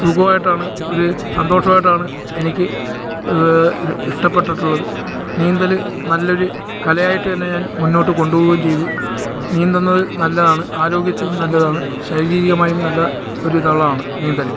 സുഖമായിട്ടാണ് ഒരു സന്തോഷമായിട്ടാണ് എനിക്ക് ഇഷ്ടപ്പെട്ടിട്ടുള്ളത് നീന്തൽ നല്ലൊരു കലയായിട്ടു തന്നെ ഞാൻ മുന്നോട്ടു കൊണ്ടു പോകുകയും ചെയ്തു നീന്തുന്നത് നല്ലതാണ് ആരോഗ്യത്തിനും നല്ലതാണ് ശാരീരികമായും നല്ല ഒരിതുള്ളതാണ് നീന്തൽ